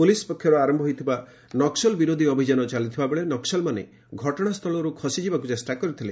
police ପକ୍ଷରୁ ଆରମ୍ଭ ହୋଇଥିବା ନକ୍କୁଲ ବିରୋଧୀ ଅଭିଯାନ ଚାଲିଥିବାବେଳେ ନକ୍ଟଲମାନେ ଘଟଣା ସ୍ଥଳରୁ ଖସିଯିବାକୁ ଚେଷ୍ଟା କରିଥିଲେ